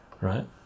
right